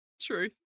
true